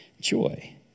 joy